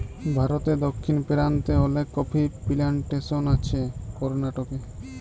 ভারতে দক্ষিণ পেরান্তে অলেক কফি পিলানটেসন আছে করনাটকে